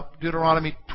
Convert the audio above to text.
Deuteronomy